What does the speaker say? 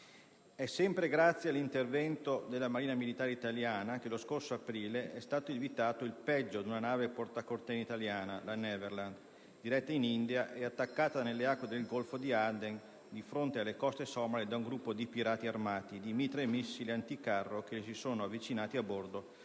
È sempre grazie all'intervento della marina militare italiana che lo scorso aprile è stato evitato il peggio ad una nave porta-container italiana, la Neverland, diretta in India e attaccata nelle acque del Golfo di Aden di fronte alle coste somale da un gruppo di pirati armati di mitra e missili anticarro che le si sono avvicinati a bordo